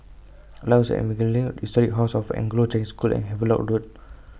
Lighthouse Evangelism Historic House of Anglo Chinese School and Havelock Road